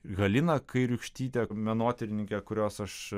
halina kairiūkštytė menotyrininkė kurios aš